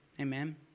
Amen